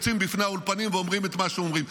יוצאים בפני האולפנים ואומרים את מה שהם אומרים.